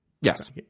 Yes